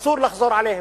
אסור לחזור עליהן.